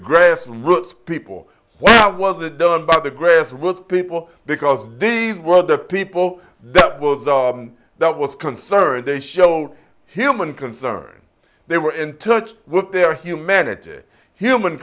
grass roots people why was that done by the grassroots people because these were the people that was that was concerned they showed him and concern they were in touch with their humanity human